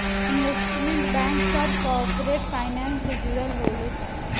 investment bank सभ corporate finance से जुड़ल होले सन